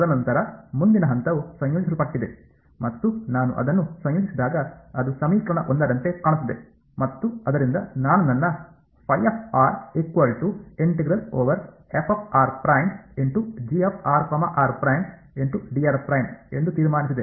ತದನಂತರ ಮುಂದಿನ ಹಂತವು ಸಂಯೋಜಿಸಲ್ಪಟ್ಟಿದೆ ಮತ್ತು ನಾನು ಅದನ್ನು ಸಂಯೋಜಿಸಿದಾಗ ಅದು ಸಮೀಕರಣ 1 ರಂತೆ ಕಾಣುತ್ತದೆ ಮತ್ತು ಅದರಿಂದ ನಾನು ನನ್ನ ಎಂದು ತೀರ್ಮಾನಿಸಿದೆ